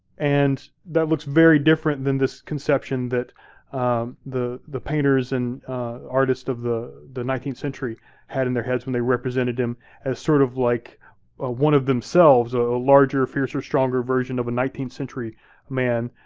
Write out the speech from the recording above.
and that looks very different than this conception that the the painters and artists of the the nineteenth century had in their heads when they represented him as sort of like ah one one of themselves. ah a larger, fiercer, stronger version of a nineteenth century man,